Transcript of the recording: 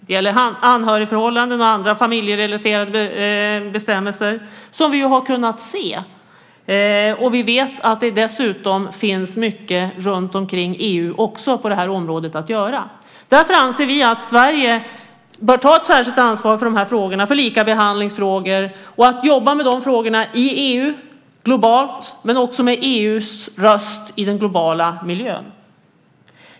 Det gäller anhörigförhållanden och andra familjrelaterade bestämmelser som vi har kunnat se. Vi vet att det dessutom finns mycket runtomkring EU att göra på det här området. Därför anser vi att Sverige bör ta ett särskilt ansvar för de här frågorna, för likabehandlingsfrågor och jobba med de frågorna i EU, globalt men också med EU:s röst i den globala miljön.